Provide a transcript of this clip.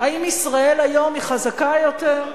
האם ישראל היום היא חזקה יותר?